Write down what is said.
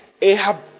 Ahab